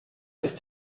ist